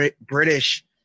British